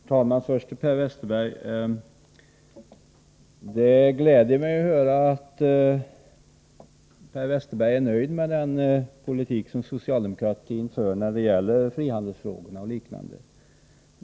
Herr talman! Först till Per Westerberg: Det gläder mig att höra att Per Westerberg är nöjd med den politik som socialdemokratin för när det gäller frihandelsfrågor och liknande.